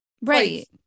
Right